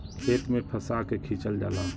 खेत में फंसा के खिंचल जाला